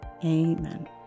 Amen